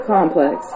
Complex